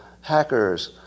hackers